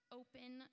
open